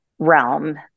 realm